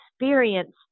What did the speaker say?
experience